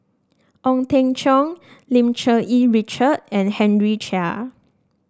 Ong Teng Cheong Lim Cherng Yih Richard and Henry Chia